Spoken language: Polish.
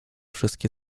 wszystkie